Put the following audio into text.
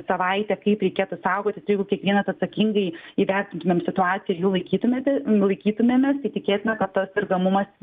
savaitę kaip reikėtų saugotis jeigu kiekvienas atsakingai įvertintumėm situaciją ir jų laikytumėte laikytumėmės tai tikėtina kad tas sergamumas